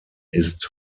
ist